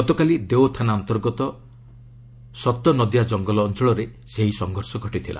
ଗତକାଲି ଦେଓଥାନା ଅନ୍ତର୍ଗତ ସତନଦିଆ ଜଙ୍ଗଲ ଅଞ୍ଚଳରେ ଏହି ସଂଘର୍ଷ ଘଟିଥିଲା